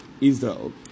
israel